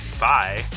bye